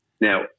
now